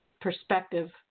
perspective